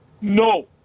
No